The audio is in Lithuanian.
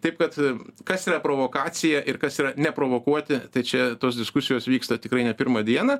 taip kad kas yra provokacija ir kas yra neprovokuoti tai čia tos diskusijos vyksta tikrai ne pirmą dieną